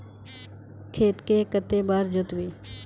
खेत के कते बार जोतबे?